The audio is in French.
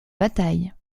bataille